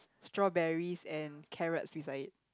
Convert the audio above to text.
strawberries and carrots beside it